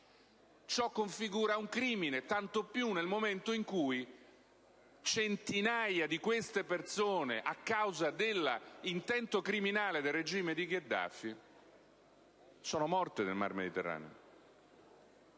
Ciò configura un crimine, tanto più nel momento in cui centinaia di queste persone, a causa dell'intento criminale del regime di Gheddafi, sono morte nel Mar Mediterraneo.